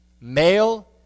Male